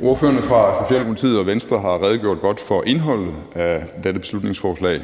Ordførerne fra Socialdemokratiet og Venstre har redegjort godt for indholdet af dette beslutningsforslag,